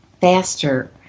faster